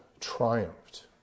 triumphed